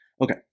okay